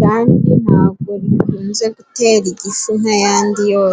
kandi ntabwo rikunze gutera igifu nk'ayandi yose.